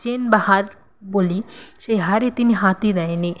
chain বা হার বলি সেই হারে তিনি হাতই দেয়নি